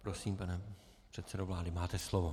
Prosím, pane předsedo vlády, máte slovo.